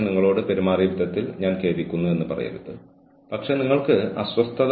എന്നിട്ടും അവർ മെച്ചപ്പെടുന്നില്ലെങ്കിൽ നമ്മൾ കൂടുതൽ ബുദ്ധിമുട്ടുള്ള വഴി സ്വീകരിച്ച് ജീവനക്കാരെ ഡിസ്ചാർജ് ചെയ്യണം